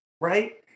right